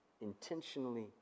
intentionally